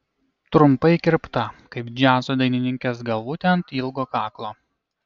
trumpai kirpta kaip džiazo dainininkės galvutė ant ilgo kaklo